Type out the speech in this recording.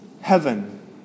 heaven